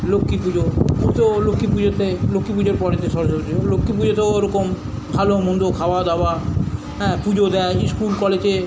লক্ষ্মী পুজো ও তো লক্ষ্মী পুজোতে লক্ষ্মী পুজোর পরেতে সরস্বতী পুজো লক্ষ্মী পুজোতেও ওরকম ভালো মন্দ খাওয়া দাওয়া হ্যাঁ পুজো দেয় স্কুল কলেজে